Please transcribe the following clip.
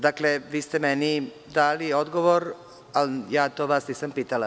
Dakle, vi ste meni dali odgovor, a ja to vas nisam pitala.